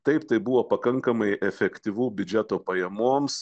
taip tai buvo pakankamai efektyvu biudžeto pajamoms